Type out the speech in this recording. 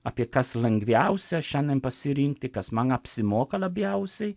apie kas lengviausia šiandien pasirinkti kas man apsimoka labiausiai